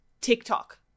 tiktok